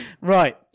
Right